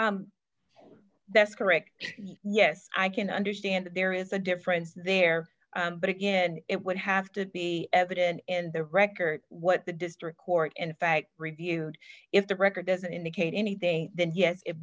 decision that's correct yes i can understand that there is a difference there but again it would have to be evident in the record what the district court in fact reviewed if the record doesn't indicate anything then yes it